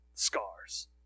Scars